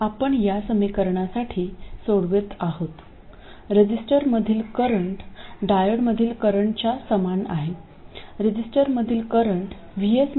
आपण या समीकरणासाठी सोडवत आहोत रेझिस्टरमधील करंट डायोडमधील करंटच्या समान आहे